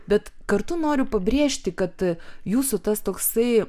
bet kartu noriu pabrėžti kad jūsų tas toksai